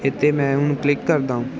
ਇੱਥੇ ਮੈਂ ਹੁਣ ਕਲਿੱਕ ਕਰਦਾ